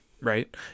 right